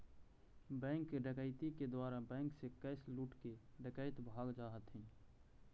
bank डकैती के द्वारा बैंक से कैश लूटके डकैत भाग जा हथिन